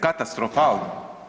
Katastrofalno.